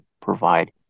provide